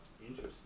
Interesting